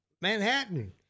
Manhattan